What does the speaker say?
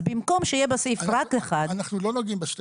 אז במקום שיהיה בסעיף רק אחד --- אנחנו לא נוגעים ב-12(ב).